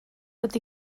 tot